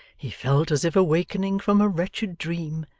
he felt as if awakening from a wretched dream,